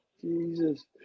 Jesus